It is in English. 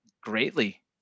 greatly